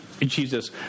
Jesus